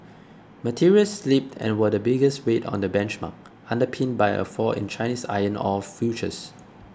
materials slipped and were the biggest weight on the benchmark underpinned by a fall in Chinese iron ore futures